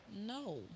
No